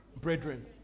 brethren